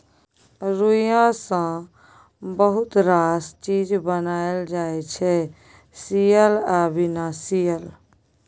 रुइया सँ बहुत रास चीज बनाएल जाइ छै सियल आ बिना सीयल